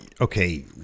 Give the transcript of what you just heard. okay